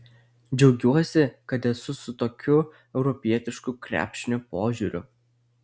džiaugiuosi kad esu su tokiu europietišku krepšinio požiūriu